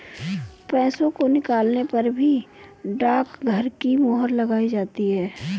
पैसों को निकालने पर भी डाकघर की मोहर लगाई जाती है